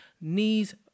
Knees